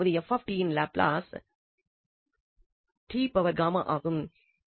அதாவது f இன் Laplace ஆகும் அங்கு